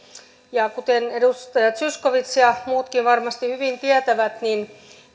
kuten edustaja zyskowicz ja muutkin varmasti hyvin tietävät niin